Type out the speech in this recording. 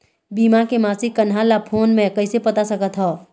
बीमा के मासिक कन्हार ला फ़ोन मे कइसे पता सकत ह?